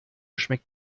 schmeckt